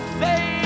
say